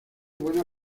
buena